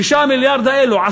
ה-6 מיליארדים האלו,